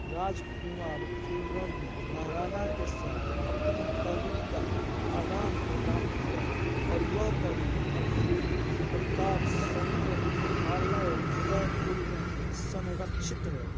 राजकुमार खुर्रम ने महाराणा के साथ अपनी पगड़ी का आदान प्रदान किया और वह पगड़ी अभी भी प्रताप संग्रहालय उदयपुर में संरक्षित है